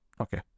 Okay